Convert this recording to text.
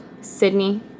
Sydney